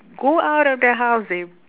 go out of the house they